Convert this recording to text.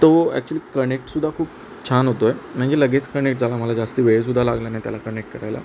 तो ॲक्च्युली कनेक्टसुद्धा खूप छान होतो आहे म्हणजे लगेच कनेक्ट झाला मला जास्ती वेळसुद्धा लागला नाही त्याला कनेक्ट करायला